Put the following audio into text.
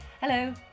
hello